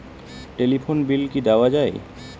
Telephone bill কি দেওয়া যায়?